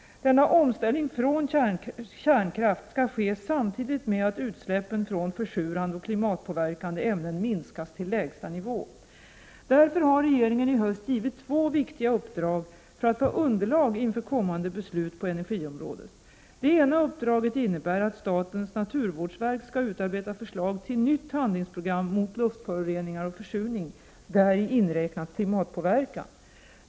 Denna omställning från kärnkraft skall ske samtidigt med att utsläppen från försurande och klimatpåverkande ämnen minskas till lägsta nivå. Därför har regeringen i höst givit två viktiga uppdrag för att få underlag inför kommande beslut på energiområdet. Det ena uppdraget innebär att statens naturvårdsverk skall utarbeta förslag till nytt handlingsprogram mot luftföroreningar och försurning, däri inräknat klimatpåverkan.